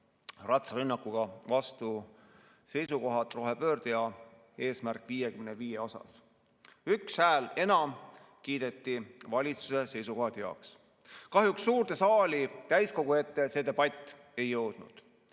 ratsarünnakuga vastu seisukohad rohepöörde ja "Eesmärk 55" kohta. Ühe enamhäälega kiideti valitsuse seisukohad heaks. Kahjuks suurde saali täiskogu ette see debatt ei jõudnud.